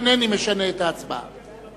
אינני משנה את ההצבעה,